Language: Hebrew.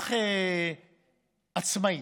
ניקח עצמאית,